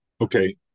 Okay